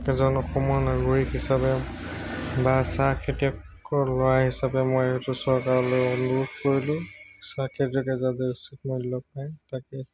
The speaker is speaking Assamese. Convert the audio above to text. এজন অসমৰ নাগৰিক হিচাপে বা চাহ খেতিয়কৰ ল'ৰা হিচাপে মই এইটো চৰকাৰলৈ অনুৰোধ কৰিলোঁ চাহ খেতিয়কে যাতে উচিত মূল্য পায় তাকে